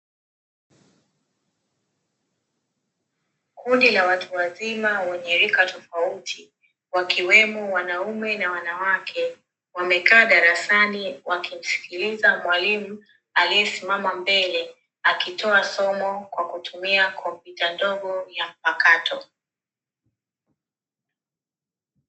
Kundi la watu wazima wenye rika tofauti wakiwemo wanaume na wanawake wamekaa darasani wakimsikiliza mwalimu aliyesimama mbele akitoa somo kwa kutumia kompyuta ndogo ya mpakato.